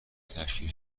تشکیل